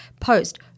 Post